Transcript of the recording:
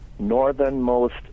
northernmost